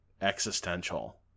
existential